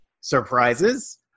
surprises